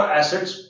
assets